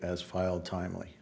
as filed timely